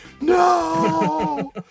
no